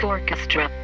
Orchestra